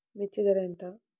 మిర్చి ధర ఎంత?